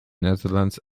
netherlands